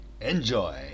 Enjoy